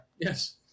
Yes